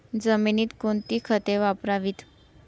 जमिनीत कोणती खते वापरावीत?